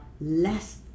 less